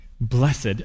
Blessed